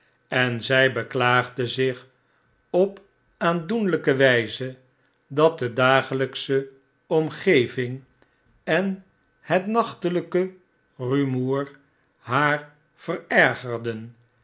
en zy beklaagde zich op aandoenlyke wijze dat de dagelpsche omgeving en het nachtelijk rumoer haar verergerden